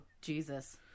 Jesus